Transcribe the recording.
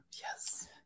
Yes